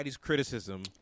criticism